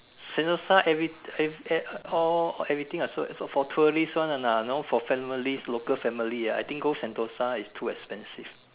Sentosa every every all everything are so for tourist one lah not for families local families ah I think go Sentosa is too expensive